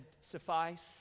suffice